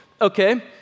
Okay